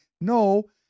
No